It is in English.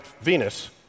Venus